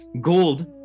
gold